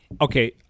Okay